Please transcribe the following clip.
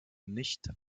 nicht